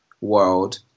world